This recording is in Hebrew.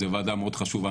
זאת ועדה מאוד חשובה,